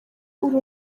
uri